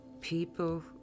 people